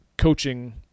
coaching